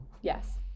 yes